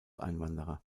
einwanderer